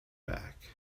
back